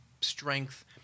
strength